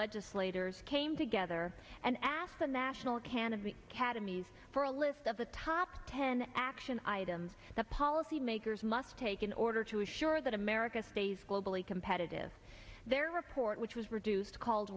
legislators came together and asked the national can of the academy's for a list of the top ten action items the policy makers must take in order to ensure that america stays globally competitive their report which was produced called